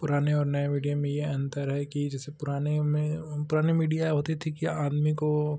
पुराने और नए मीडिया में यह अन्तर है कि जैसे पुराने में पुराना मीडिया होता था कि आदमी को